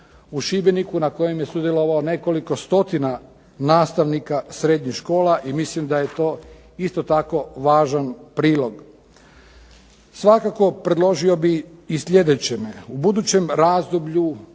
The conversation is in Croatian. u Šibeniku gdje je sudjelovalo nekoliko 100 nastavnika srednjih škola i mislim da je to isto tako važan prilog. Svakako predložio bih i sljedeće, u budućem razdoblju